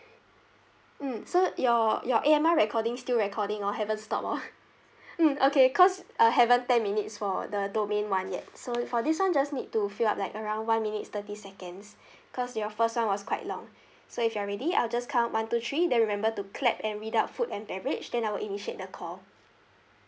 mm so your your A_M_R recording still recording oh haven't stop oh mm okay cause ah haven't ten minutes for the domain [one] yet so for this [one] just need to fill up like around one minutes thirty seconds cause your first [one] was quite long so if you're ready I'll just count one two three then remember to clap and without food and beverage then I will initiate the call